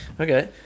okay